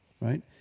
right